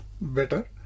better